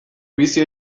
bizi